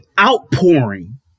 outpouring